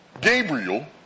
Gabriel